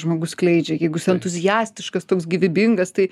žmogus skleidžia jeigu jis entuziastiškas toks gyvybingas tai